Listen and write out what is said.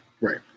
Right